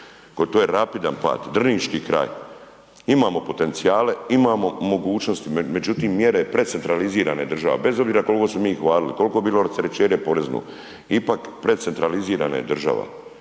To je rapidan pad. Drniški kraj. Imamo potencijale. Imamo mogućnosti, međutim mjere precentralizirane države, bez obzira koliko se mi hvalili, koliko je bilo rasterećenje porezno ipak precentralizirana je država.